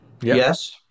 Yes